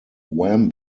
wham